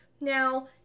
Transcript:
Now